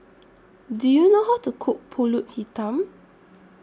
Do YOU know How to Cook Pulut Hitam